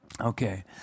Okay